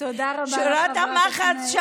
שורת המחץ.